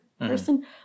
person